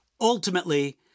ultimately